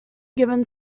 given